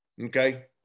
Okay